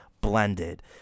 Blended